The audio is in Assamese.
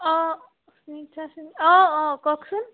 অঁ অনীতা সিং অঁ অঁ কওকচোন